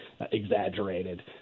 exaggerated